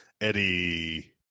Eddie